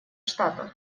штатов